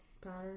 pattern